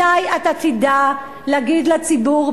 מתי אתה תדע להגיד לציבור,